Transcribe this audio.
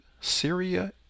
Syria